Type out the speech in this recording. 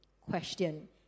Question